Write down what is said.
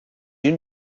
you